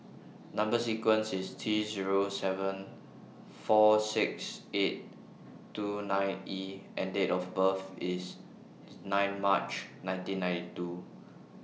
Number sequence IS T Zero seven four six eight two nine E and Date of birth IS nine March nineteen ninety two